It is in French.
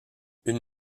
une